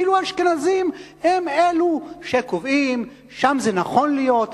כאילו האשכנזים הם אלו שקובעים: שם זה נכון להיות,